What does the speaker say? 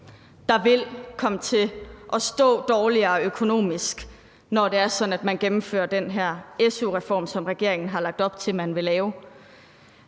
der vil komme til at stå dårligere økonomisk, når man gennemfører den her su-reform, som regeringen har lagt op til at man vil lave.